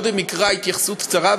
אני קודם אקרא התייחסות קצרה,